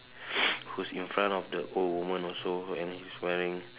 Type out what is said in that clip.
who's in front of the old woman also and he's wearing